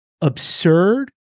absurd